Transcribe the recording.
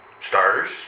Stars